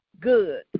good